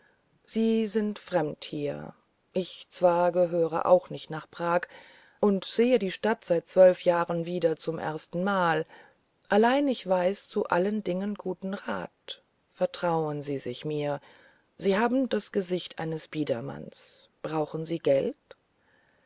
sie sind fremd hier ich zwar gehöre auch nicht nach prag und sehe die stadt seit zwölf jahren wieder zum ersten mal allein ich weiß zu allen dingen guten rat vertrauen sie sich mir sie haben das gesicht eines biedermanns brauchen sie geld